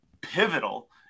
pivotal